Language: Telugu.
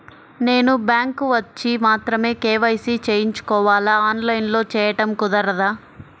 నేను బ్యాంక్ వచ్చి మాత్రమే కే.వై.సి చేయించుకోవాలా? ఆన్లైన్లో చేయటం కుదరదా?